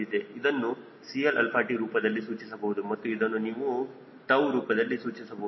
ಇದನ್ನು 𝐶Lαt ರೂಪದಲ್ಲಿ ಸೂಚಿಸಬಹುದು ಮತ್ತು ಇದನ್ನು ನೀವು 𝜏 ರೂಪದಲ್ಲಿ ಸೂಚಿಸಬಹುದು